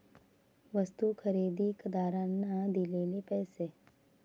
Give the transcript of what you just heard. वस्तू खरेदीदाराने दिलेले पैसे